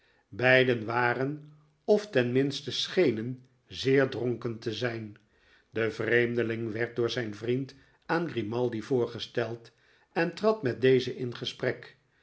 beiden waren of ten minste schenen zeer dronken te zijn de vreemdeling werd door zijn vriend aan grimaldi voorgesteld en trad met dezen in gesprek